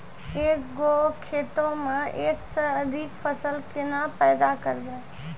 एक गो खेतो मे एक से अधिक फसल केना पैदा करबै?